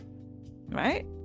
right